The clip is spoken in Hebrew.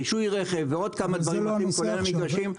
רישוי רכב ועוד כמה דברים כולל המגרשים.